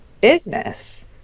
Business